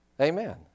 Amen